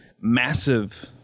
massive